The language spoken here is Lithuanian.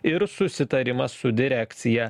ir susitarimas su direkcija